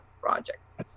projects